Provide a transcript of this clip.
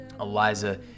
Eliza